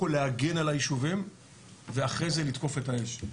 כל להגן על הישובים ואחרי זה לתקוף את האש.